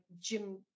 Jim